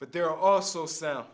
but they're also s